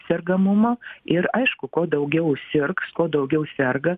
sergamumo ir aišku kuo daugiau sirgs kuo daugiau serga